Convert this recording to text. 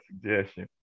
suggestion